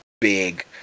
big